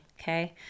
okay